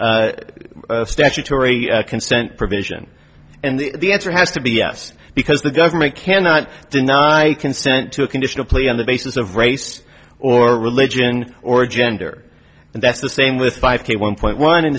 s statutory consent provision and the answer has to be yes because the government cannot deny consent to a conditional plea on the basis of race or religion or gender and that's the same with five one point one